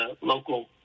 local